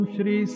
Shri